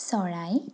চৰাই